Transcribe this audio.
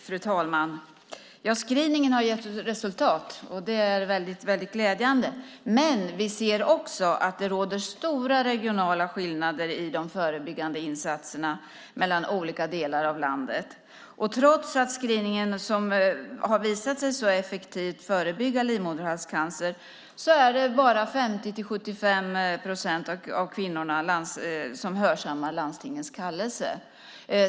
Fru talman! Screeningen har gett resultat. Det är väldigt glädjande. Men vi ser också att det råder stora regionala skillnader i de förebyggande insatserna mellan olika delar av landet. Trots att screeningen har visat sig så effektivt förebygga livmoderhalscancer är det bara 50-75 procent av kvinnorna som hörsammar landstingens kallelser.